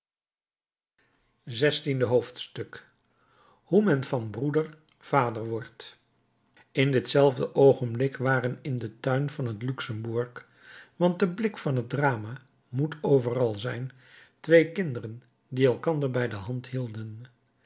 zestiende hoofdstuk hoe men van broeder vader wordt in ditzelfde oogenblik waren in den tuin van het luxembourg want de blik van het drama moet overal zijn twee kinderen die elkander bij de hand hielden